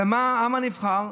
ומה העם הנבחר?